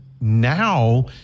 now